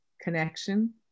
connection